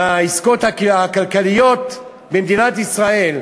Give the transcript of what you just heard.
מהעסקות הכלכליות, במדינת ישראל.